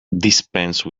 dispense